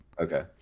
okay